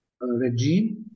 regime